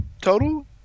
Total